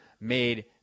made